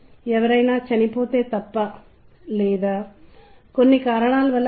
ఇవి మీతో త్వరగా పంచుకోవడానికి నేను చెప్పే కొన్ని లక్షణాలు